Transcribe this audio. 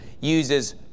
uses